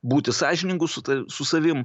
būti sąžiningu su ta su savim